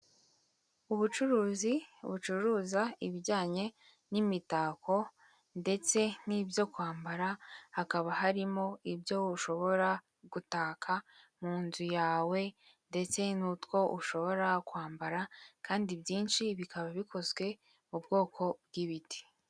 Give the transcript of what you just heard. Ubucuruzi bucuruza ibijyanye n'imitako ndetse n'ibyo kwambara hakaba harimo ibyo ushobora gutaka mu nzu yawe ndetse n'utwo ushobora kwambara kandi byinshi bikaba bikozwe mu bwoko bw'ibiti.